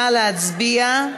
נא להצביע.